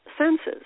senses